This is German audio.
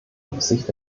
absicht